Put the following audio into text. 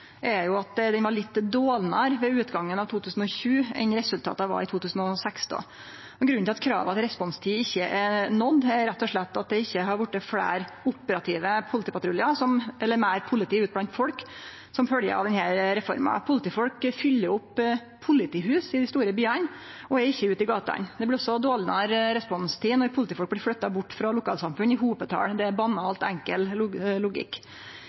er at den var litt dårlegare ved utgangen av 2020 enn resultatet var i 2016. Grunnen til at krava til responstid ikkje er nådde, er rett og slett at det ikkje har vorte meir politi ute blant folk som følgje av denne reforma. Politifolk fyller opp politihus i dei store byane og er ikkje ute i gatene. Det blir også dårlegare responstid når politifolk blir flytta bort frå lokalsamfunn i hopetal. Det er banalt enkel logikk.